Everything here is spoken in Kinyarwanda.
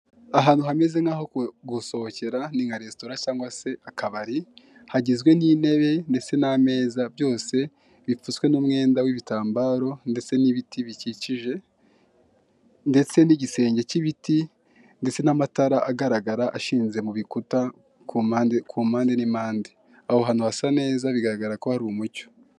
Ahantu hameze nk'aho gusohokera ni nka resitora cyangwa se akabari, hagizwe n'intebe ndetse n'ameza byose bipfutswe n'umwenda w'ibitambaro ndetse n'ibiti bikikije ndetse n'igisenge k'ibiti ndetse n'amatara agaragara ashinze mu bikuta ku mpande n'impande, aho hantu hasa neza bigaragara ko hari umucyo.